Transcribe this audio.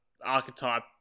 archetype